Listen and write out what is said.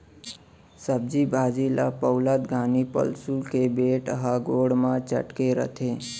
सब्जी भाजी ल पउलत घानी पउंसुल के बेंट ह गोड़ म चटके रथे